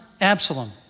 Absalom